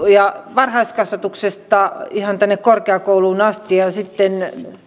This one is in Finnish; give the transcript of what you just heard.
varhaiskasvatuksesta ihan tänne korkeakouluun asti ja sitten